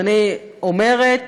ואני אומרת: